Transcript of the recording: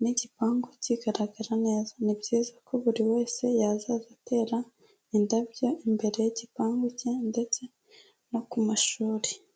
n'igipangu kigaragara neza, ni byiza ko buri wese yazaza atera indabyo imbere y'igipangu cye ndetse no ku mashuri.